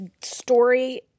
story